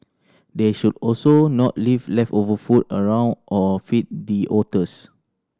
they should also not leave leftover food around or feed the otters